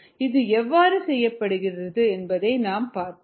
இது எவ்வாறு செய்யப்படுகிறது என்பதை நாம் பார்ப்போம்